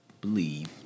believe